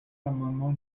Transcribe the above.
l’amendement